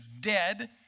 Dead